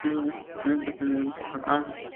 हूँ हूँ हूँ